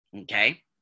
okay